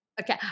Okay